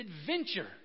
adventure